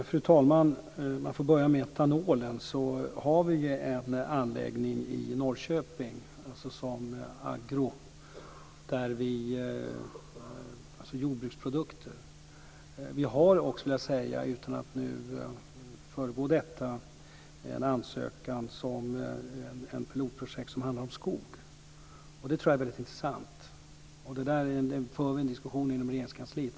Fru talman! Låt mig börja med etanolen. Vi har en anläggning i Norrköping, Agro - alltså jordbruksprodukter. Vi har också, utan att nu föregå detta, en ansökan om ett pilotprojekt som handlar om skog. Det tror jag är väldigt intressant. Vi för en diskussion inom Regeringskansliet.